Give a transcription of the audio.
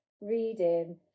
reading